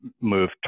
move